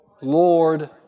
Lord